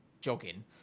jogging